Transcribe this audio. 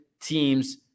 teams